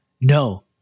No